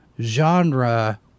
genre